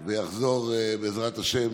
והוא יחזור, בעזרת השם,